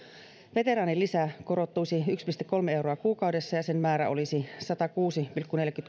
veteraanilisä korottuisi yksi pilkku kolme euroa kuukaudessa ja sen määrä olisi satakuusi pilkku